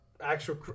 actual